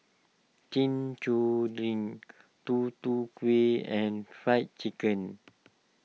Chin Chow Drink Tutu Kueh and Fried Chicken